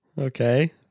Okay